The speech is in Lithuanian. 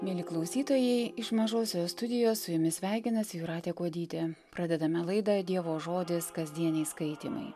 mieli klausytojai iš mažosios studijos su jumis sveikinasi jūratė kuodytė pradedame laidą dievo žodis kasdieniai skaitymai